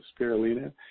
spirulina